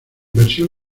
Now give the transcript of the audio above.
versión